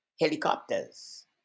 helicopters